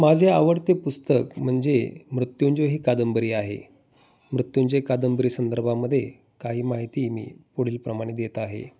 माझे आवडते पुस्तक म्हणजे मृत्युंजय ही कादंबरी आहे मृत्युंजी कादंबरी संदर्भामध्ये काही माहिती मी पुढील प्रमाणे देत आहे